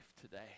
today